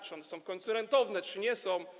Czy one są w końcu rentowne, czy nie są?